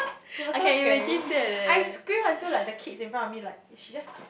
it was so scary I screamed until like the kids in front of me like she just